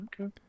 okay